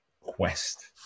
quest